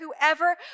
whoever